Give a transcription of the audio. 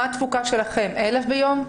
מה התפוקה שלכם, 1,000 ביום?